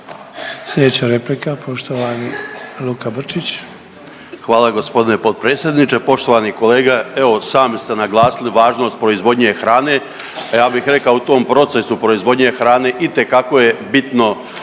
Slijedeća replika poštovani Luka Brčić.